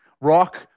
Rock